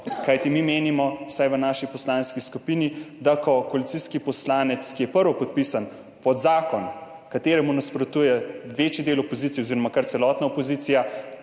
Kajti mi menimo, vsaj v naši poslanski skupini, da če je koalicijski poslanec, ki je prvopodpisani pod zakon, ki mu nasprotuje večji del opozicije oziroma kar celotna opozicija,